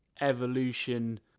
evolution